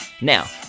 Now